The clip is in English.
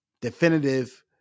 definitive